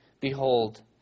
Behold